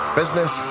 business